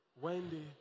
Wendy